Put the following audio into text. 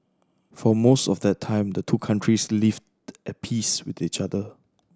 for most of that time the two countries lived at peace with each other